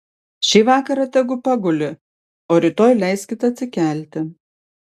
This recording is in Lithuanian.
šį vakarą tegu paguli o rytoj leiskit atsikelti